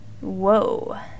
Whoa